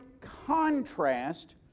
contrast